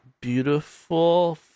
beautiful